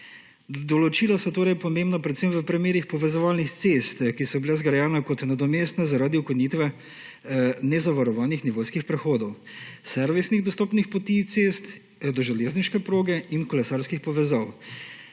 Določila so torej pomembna predvsem v primerih povezovalnih cest, ki so bile zgrajene kot nadomestne zaradi okrnitve nezavarovanih nivojskih prehodov, servisnih dostopnih poti, cest do železniške proge in kolesarskih povezav.